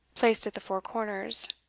placed at the four corners